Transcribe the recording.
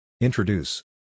Introduce